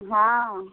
हँ